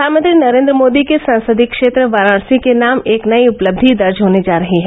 प्रधानमंत्री नरेन्द्र मोदी के संसदीय क्षेत्र वाराणसी के नाम एक नई उपलब्धि दर्ज होने जा रही है